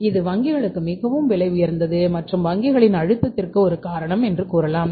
ஆனால் இதுவங்கிகளுக்கு மிகவும் விலை உயர்ந்தது மற்றும் வங்கிகளின் அழுத்தத்திற்கு ஒரு காரணம் என்று கூறலாம்